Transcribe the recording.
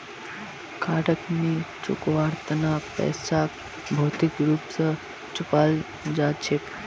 कारक नी चुकवार तना पैसाक भौतिक रूप स चुपाल जा छेक